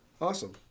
Awesome